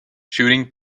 shooting